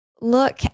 look